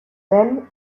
ven